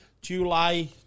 July